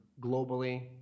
globally